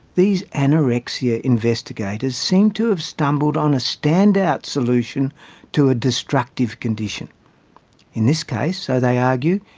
these anorexia investigators seem to have stumbled on a standout solution to a destructive condition in this case, so they argue,